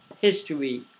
history